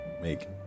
make